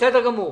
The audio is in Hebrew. בסדר גמור.